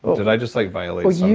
did i just like violate